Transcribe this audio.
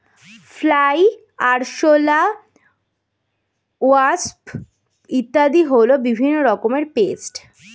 fly, আরশোলা, wasp ইত্যাদি হল বিভিন্ন রকমের পেস্ট